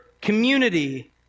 community